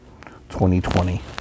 2020